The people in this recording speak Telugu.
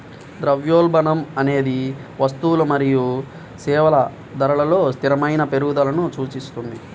ద్రవ్యోల్బణం అనేది వస్తువులు మరియు సేవల ధరలలో స్థిరమైన పెరుగుదలను సూచిస్తుంది